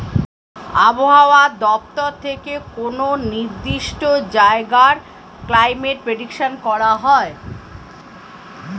আবহাওয়া দপ্তর থেকে কোনো নির্দিষ্ট জায়গার ক্লাইমেট প্রেডিকশন করা যায়